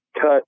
cut